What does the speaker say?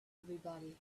everybody